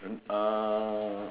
uh